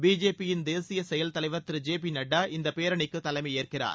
பிஜேபியின் தேசிய செயல் தலைவர் திரு ஜே பி நட்டா இந்த பேரணிக்கு தலைமையேற்கிறார்